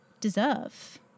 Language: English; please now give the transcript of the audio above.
deserve